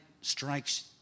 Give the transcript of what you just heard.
strikes